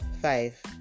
five